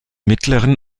mittleren